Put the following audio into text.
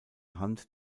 hand